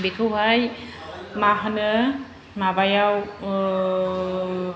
बेखौहाय मा होनो माबायाव ओह